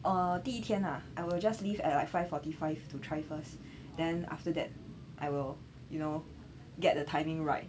uh 第一天 lah I will just leave at five forty five to try first then after that I will you know get the timing right